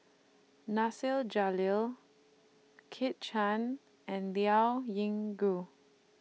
Nasir Jalil Kit Chan and Liao Yingu